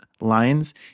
lines